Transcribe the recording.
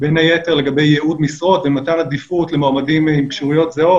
בין היתר לגבי ייעוד משרות ומתן עדיפות למועמדים עם כשירויות זהות,